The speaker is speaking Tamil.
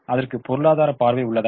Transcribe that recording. அதற்கு பொருளாதார பார்வை உள்ளதா